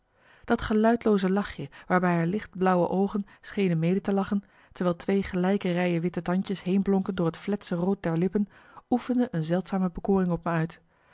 dat geluidlooze lachje waarbij haar licht blauwe oogen schenen mede te lachen terwijl twee gelijke rijen witte tandjes heenblonken door het fletse rood der lippen oefende een zeldzame bekoring op me uit